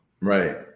Right